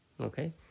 okay